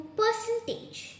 percentage